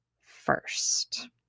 first